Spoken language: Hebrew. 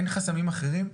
אין חסמים אחרים?